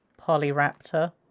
Polyraptor